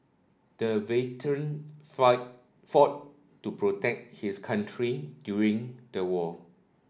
the veteran fought to protect his country during the war